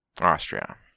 Austria